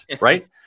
right